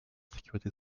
sécurité